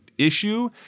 Issue